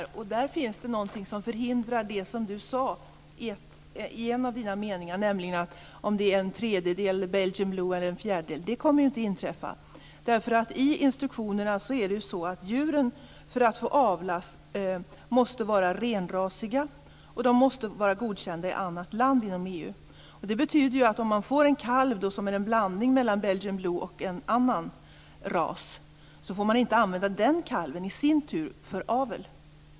I dessa instruktioner finns det något som förhindrar det som Sven Bergström talade om, nämligen om det är en tredjedel eller en fjärdedel Belgian blue. Det kommer inte att inträffa, eftersom det av instruktionerna framgår att djuren måste vara renrasiga för att få avlas. De måste också vara godkända i annat land inom EU. Det betyder att om man får en kalv som är en blandning mellan Belgian blue och en annan ras får man inte använda den kalven i sin tur för avel.